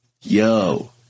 Yo